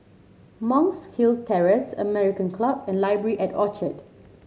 Monk's Hill Terrace American Club and Library at Orchard